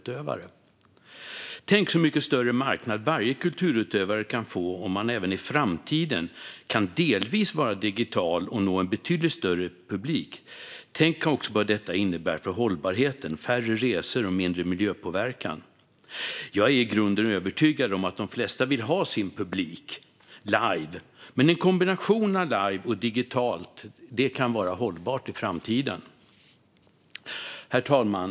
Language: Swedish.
Tänk så mycket större marknad varje kulturutövare kan få om de även i framtiden kan vara delvis digitala och nå en betydligt större publik. Tänk också på vad detta kan innebära för hållbarheten: färre resor och mindre miljöpåverkan. Jag är i grunden övertygad om att de flesta vill ha sin publik live, men en kombination av live och digitalt kan i framtiden vara hållbart. Herr talman!